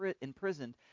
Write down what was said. imprisoned